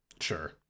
Sure